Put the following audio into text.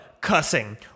cussing